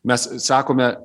mes sakome